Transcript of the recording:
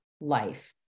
life